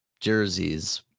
jerseys